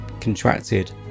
contracted